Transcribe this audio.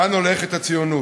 לאן הולכת הציונות?